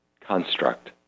construct